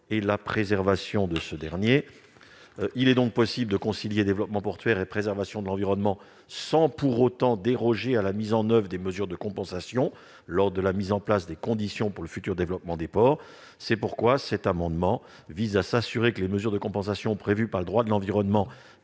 et la préservation de ce dernier. » Il est donc possible de concilier développement portuaire et préservation de l'environnement, sans pour autant déroger à la mise en oeuvre des mesures de compensation dans le cadre du futur développement des ports. C'est pourquoi cet amendement vise à s'assurer que les mesures de compensation prévues par le droit de l'environnement